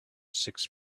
six